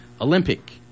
Olympic